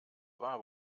war